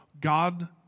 God